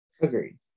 Agreed